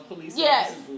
Yes